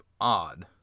odd